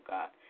God